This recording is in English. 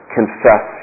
Confess